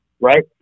right